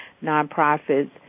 non-profits